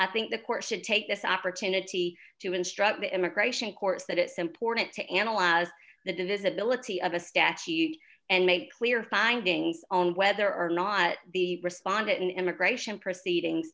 i think the court should take this opportunity to instruct the immigration courts that it's important to analyze the divisibility of a statute and make clear findings on whether or not the respondent in immigration proceedings